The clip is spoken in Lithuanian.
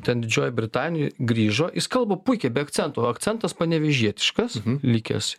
ten didžioji britanija grįžo jis kalba puikiai be akcento akcentas panevėžietiškas likęs